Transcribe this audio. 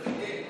תחכה.